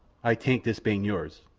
ay tank this ban yours.